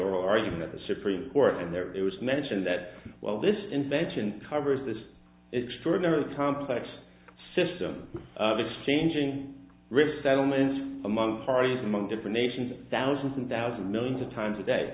argument at the supreme court and there it was mentioned that well this invention covers this extraordinary complex system of exchanging resettlements among parties among different nations thousands and thousands millions time today